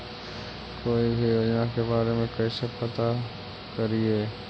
कोई भी योजना के बारे में कैसे पता करिए?